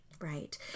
Right